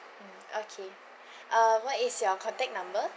mm okay uh what is your contact number